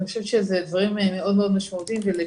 אני חושבת שאלה דברים מאוד משמעותיים, ואני